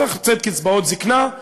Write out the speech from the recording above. צריך לתת קצבאות זיקנה,